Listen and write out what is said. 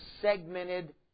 segmented